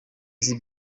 nzi